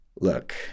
look